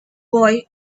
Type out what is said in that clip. boy